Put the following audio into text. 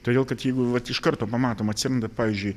todėl kad jeigu vat iš karto pamatom atsiranda pavyzdžiui